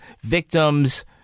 victims